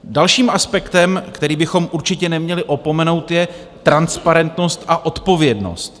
Dalším aspektem, který bychom určitě neměli opomenout, je transparentnost a odpovědnost.